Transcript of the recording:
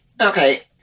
Okay